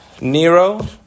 Nero